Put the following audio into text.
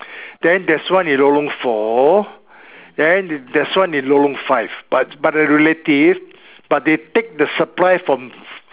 then there's one in lorong four and there's one in lorong five but but the relative but they take the supply from